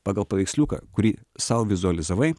pagal paveiksliuką kurį sau vizualizavau